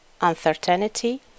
uncertainty